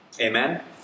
Amen